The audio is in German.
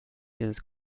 dieses